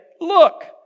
look